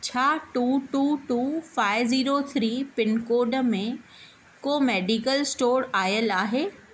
छा two two two five zero three pin code में को मेडिकल स्टोर आयल आहे